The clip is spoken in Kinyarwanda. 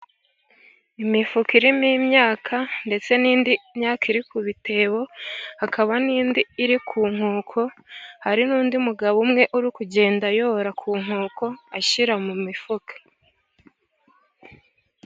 Imifuka irimo imyaka, ndetse n'indi myaka iri ku bitebo, hakaba n'indi iri ku nkoko, hari n'undi mugabo umwe uri kugenda ayora ku nkoko, ashyira mu mifuka.